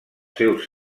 seus